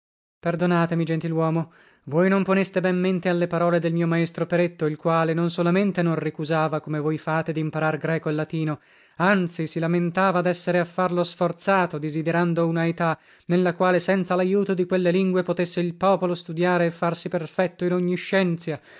perdonatemi gentiluomo voi non poneste ben mente alle parole del mio maestro peretto il quale non solamente non ricusava come voi fate dimparar greco e latino anzi si lamentava dessere a farlo sforzato disiderando una età nella quale senza laiuto di quelle lingue potesse il popolo studiare e farsi perfetto in ogni scienzia